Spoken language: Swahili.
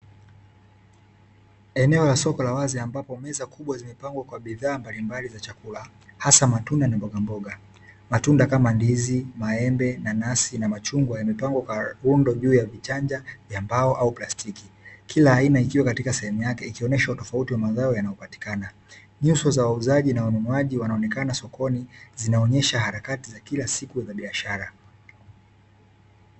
Eneo la soko la wazi ambapo meza kubwa zimepangwa kwa bidhaa mbalimbali za chakula hasa matunda na mbogamboga. Matunda kama: ndizi, maembe, nanasi na machungwa; yamepangwa kwa rundo juu ya vichanja vya mbao au plastiki, kila aina ikiwa katika sehemu yake ikionesha utofauti wa mazao yanayopatikana. Nyuso za wauzaji na wanunuaji wanaonekana sokoni zinaonyesha harakati za kila siku za biashara.